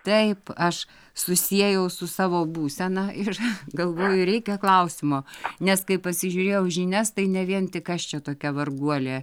taip aš susiejau su savo būsena ir galvoju reikia klausimo nes kai pasižiūrėjau žinias tai ne vien tik aš čia tokia varguolė